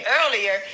earlier